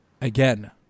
again